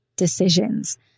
decisions